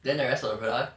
then the rest of the crab